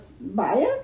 buyer